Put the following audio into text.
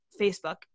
Facebook